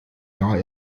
gar